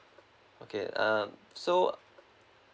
okay um so